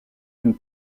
une